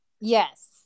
Yes